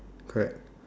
correct